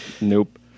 Nope